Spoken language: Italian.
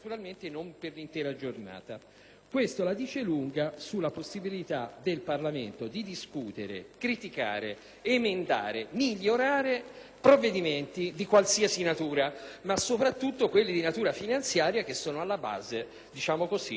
Questo la dice lunga sulla possibilità del Parlamento di discutere, criticare, emendare, migliorare provvedimenti di qualsiasi natura, soprattutto quelli di natura finanziaria, che sono alla base del nostro comune vivere.